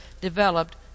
developed